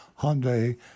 Hyundai